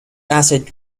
acid